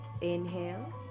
Inhale